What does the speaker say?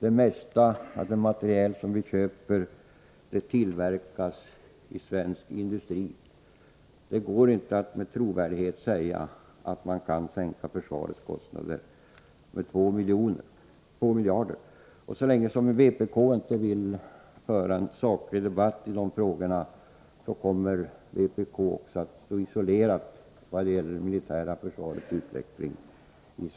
Det mesta av den materiel som försvaret köper är tillverkad av svensk industri. Det går inte att med bibehållen trovärdighet påstå att man kan sänka försvarets kostnader med 2 miljarder kronor. Så länge vpk inte vill föra en saklig debatt i dessa frågor, kommer vpk också att stå isolerat i Sveriges riksdag när det gäller det militära försvarets utveckling.